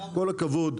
עם כל הכבוד,